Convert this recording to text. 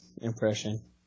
impression